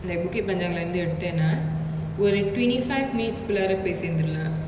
like bukit panjang lah இருந்து எடுத்தனா ஒரு:irunthu eduthanaa oru twenty five minutes குலார போய் சேந்துரளா:kulaara poai senthuralaa